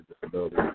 disability